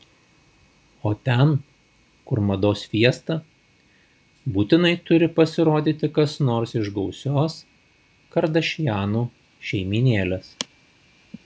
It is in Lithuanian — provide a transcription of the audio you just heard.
o ten kur mados fiesta būtinai turi pasirodyti kas nors iš gausios kardašianų šeimynėlės